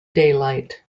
daylight